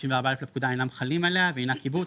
64א לפקודה אינם חלים עליה והיא אינה קיבוץ,